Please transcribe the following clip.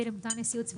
ייעוץ וחקיקה.